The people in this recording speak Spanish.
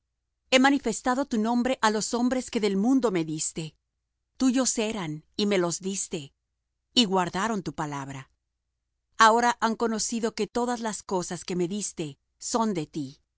he manifestado tu nombre á los hombres que del mundo me diste tuyos eran y me los diste y guardaron tu palabra ahora han conocido que todas las cosas que me diste son de ti